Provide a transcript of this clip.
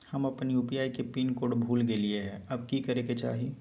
हम अपन यू.पी.आई के पिन कोड भूल गेलिये हई, अब की करे के चाही?